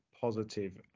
positive